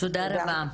תודה רבה.